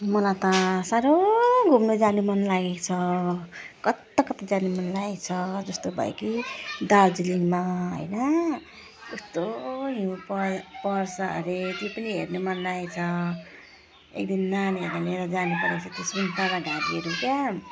मलाई त साह्रो घुम्नु जानु मनलागेको छ कता कता जानु मनलागेको छ जस्तो भयो कि दार्जिलिङमा होइन कस्तो हिउँ पर पर्छ अरे त्यो पनि हेर्नु मनलागेको छ एक दिन नानीहरूलाई लिएर जानुपर्ने छ त्यो सुन्तलाघारीहरू क्या